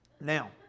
Now